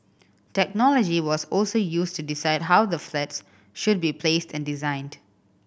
technology was also used to decide how the flats should be placed and designed